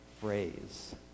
phrase